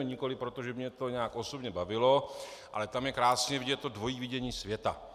Nikoliv proto, že by mě to nějak osobně bavilo, ale tam je krásně vidět to dvojí vidění světa.